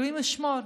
אלוהים ישמור,